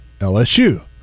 LSU